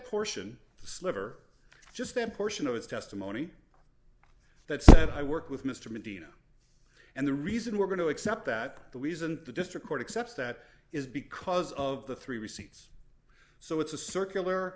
the sliver just that portion of his testimony that said i work with mr medina and the reason we're going to accept that the reason the district court accepts that is because of the three receipts so it's a circular